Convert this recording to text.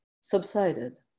subsided